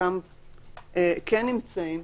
וחלקם כן נמצאים,